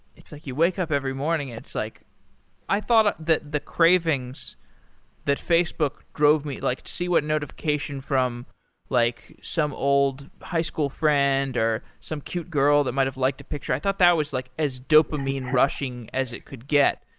it's like you wake up every morning and it's like i thought that the cravings that facebook drove me like see what notification from like some old high school friend, or some cute girl that might have liked a picture, i thought that was like as dopamine rushing as it could get.